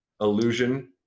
illusion